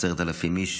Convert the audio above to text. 10,000 איש